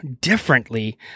differently